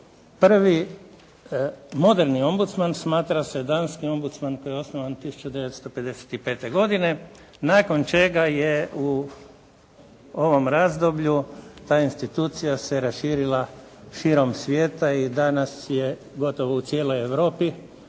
prvi moderni ombudsman smatra se danski ombudsman koji je osnovan 1955. godine, nakon čega je u ovom razdoblju ta institucija se raširila širom svijeta i danas je gotovo u cijeloj Europi.